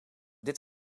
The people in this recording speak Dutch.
dit